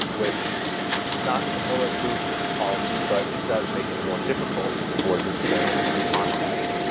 which is not a bulletproof policy, but it does make it more difficult for these channels to monetize.